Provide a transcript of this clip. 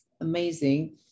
amazing